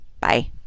Bye